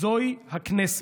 זוהי הכנסת.